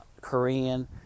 Korean